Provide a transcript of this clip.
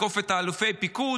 לתקוף את אלופי הפיקוד,